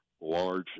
large